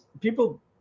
People